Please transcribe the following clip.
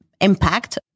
impact